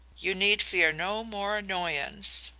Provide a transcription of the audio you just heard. you need fear no more annoyance.